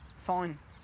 fine.